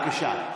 בבקשה.